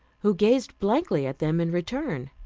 who gazed blankly at them in return.